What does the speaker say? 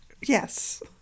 yes